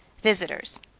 visitors.